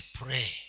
pray